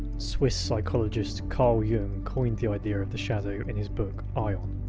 swiss psychologist carl jung coined the idea of the shadow in his book aion.